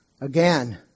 again